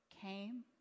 came